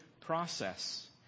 process